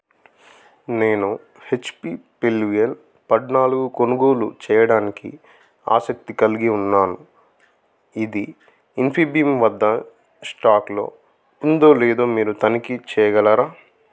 నేను HP Pavilion పద్నాలుగు కొనుగోలు చేయడానికి ఆసక్తి కల్గి ఉన్నాను ఇది ఇన్ఫీభీమ్ వద్ద స్టాక్లో ఉందో లేదో మీరు తనిఖీ చేయగలరా